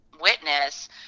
witness